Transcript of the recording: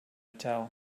tell